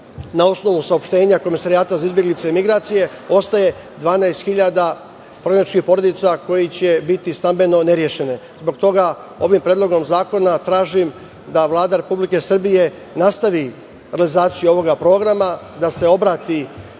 Na osnovu saopštenja, Komesarijata za izbeglice i migracije, ostaje 12 hiljada prognanih porodica koji će biti stambeno nerešene. Zbog toga ovim Predlogom zakona tražim da Vlada Republike Srbije nastavi realizaciju ovog programa, da se obrati